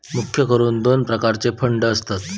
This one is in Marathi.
मुख्य करून दोन प्रकारचे फंड असतत